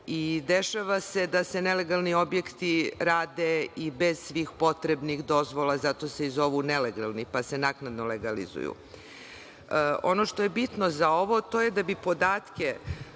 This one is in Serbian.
i dešava se da se nelegalni objekti rade i bez svih potrebnih dozvola, pa se zato i zovu nelegalni, pa se naknadno legalizuju. Ono što je bitno za ovo, to je da bi podatke